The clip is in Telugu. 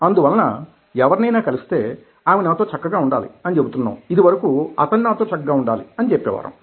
అందువలన ఎవరినైనా కలిస్తే ఆమె నాతో చక్కగా ఉండాలి అని చెబుతున్నాం ఇదివరకు అతడు నాతో చక్కగా ఉండాలి అని చెప్పేవారం